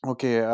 Okay